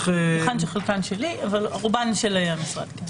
חלקן שלי אבל רובן של המשרד המציע.